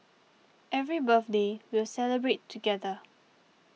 every birthday we'll celebrate together